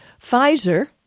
Pfizer